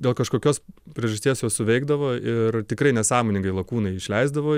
dėl kažkokios priežasties jos suveikdavo ir tikrai nesąmoningai lakūnai išleisdavo